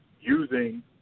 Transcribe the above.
using